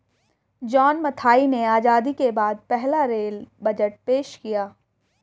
John Mathai ने आजादी के बाद पहला रेल बजट पेश किया